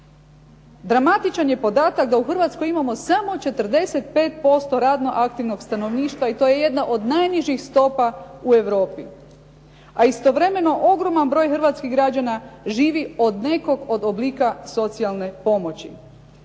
Dramatičan je podatak da u Hrvatskoj imamo samo 45% radno aktivnog stanovništva i to je jedna od najnižih stopa u Europi a istovremeno ogroman broj hrvatskih građana živi od nekog od oblika socijalne pomoći.